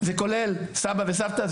זה כולל סבא וסבתא?